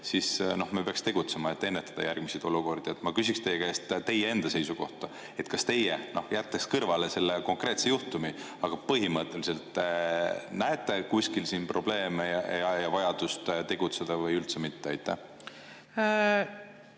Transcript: siis me peaksime tegutsema, et ennetada järgmisi olukordi. Ma küsin teie käest teie enda seisukohta. Kas teie, jättes kõrvale selle konkreetse juhtumi, põhimõtteliselt näete kuskil siin probleemi ja vajadust tegutseda või üldse mitte? Aitäh,